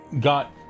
got